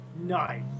Nice